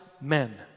men